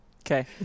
okay